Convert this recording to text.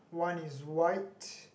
one is white